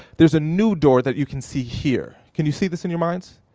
there's a new door that you can see here. can you see this in your minds?